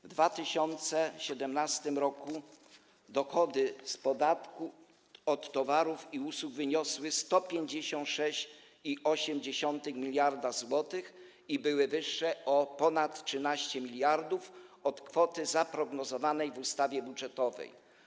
W 2017 r. dochody z podatku od towarów i usług wyniosły 156,8 mld zł i były wyższe o ponad 13 mld od kwoty zaprognozowanej w ustawie budżetowej.